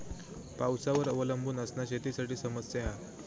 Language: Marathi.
पावसावर अवलंबून असना शेतीसाठी समस्या हा